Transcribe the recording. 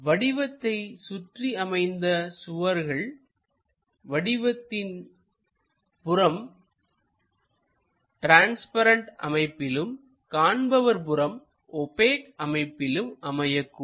வடிவத்தை சுற்றி அமைந்த சுவர்கள் வடிவத்தின் புறம் ட்ரான்ஸ்பரண்ட் அமைப்பிலும் காண்பவர் புறம் ஓபெக் அமைப்பிலும் அமையக்கூடும்